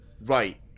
right